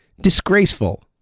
Disgraceful